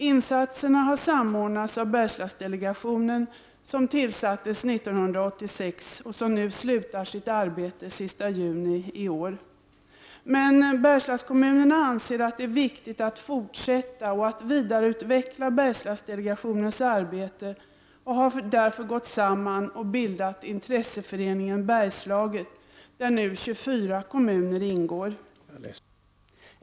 Insatserna har samordnats av Bergslagsdelegationen, som tillsattes 1986 och som slutför sitt arbete den 30 juni i år. Bergslagskommunerna anser att det är viktigt att fortsätta och att vidareutveckla Bergslagsdelegationens arbete och har därför gått samman och bildat Intresseföreningen Bergslaget, där 24 kommuner ingår.